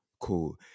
cool